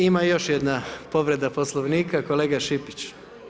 Ima još jedna povreda Poslovnika, kolega Šipić.